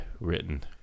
written